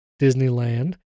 Disneyland